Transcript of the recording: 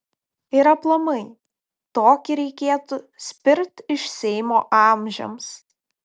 ir aplamai tokį reikėtų spirt iš seimo amžiams